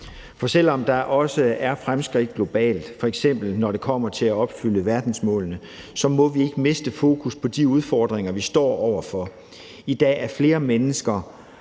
For selv om der også sker fremskridt globalt, f.eks. når det kommer til at opfylde verdensmålene, må vi ikke miste fokus på de udfordringer, vi står over for. I dag er flere mennesker